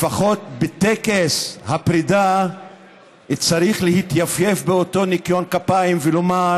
לפחות בטקס הפרידה צריך להתייפייף באותו ניקיון כפיים ולומר: